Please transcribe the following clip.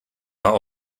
are